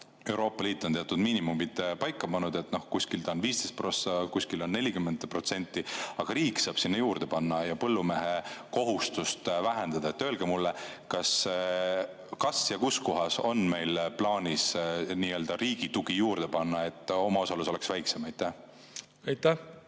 Euroopa Liit on teatud miinimumid paika pannud, kuskil on ta 15 prossa, kuskil on 40%, aga riik saab sinna juurde panna ja põllumehe kohustust vähendada. Kas ja kus kohas on meil plaanis riigi tugi juurde panna, et omaosalus oleks väiksem? Aitäh,